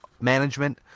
management